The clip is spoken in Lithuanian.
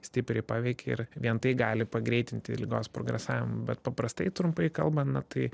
stipriai paveikia ir vien tai gali pagreitinti ligos progresavimą bet paprastai trumpai kalbant na tai